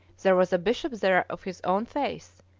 there was a bishop there of his own faith,